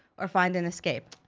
or find an escape.